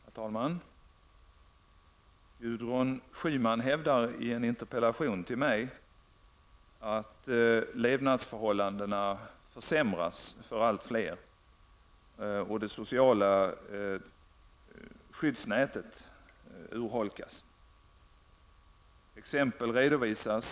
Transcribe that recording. Herr talman! Gudrun Schyman hävdar i en interpellation till mig att levnadsförhållandena försämras för allt fler och att det sociala skyddet urholkas.